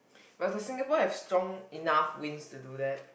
but does Singapore have strong enough winds to do that